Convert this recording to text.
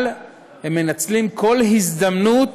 אבל הם מנצלים כל הזדמנות